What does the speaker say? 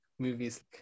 movies